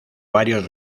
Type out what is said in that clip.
varios